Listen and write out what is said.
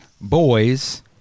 boys